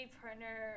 partner